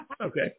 okay